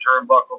turnbuckle